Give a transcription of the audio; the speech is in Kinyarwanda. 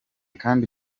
kandi